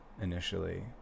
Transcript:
initially